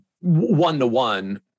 one-to-one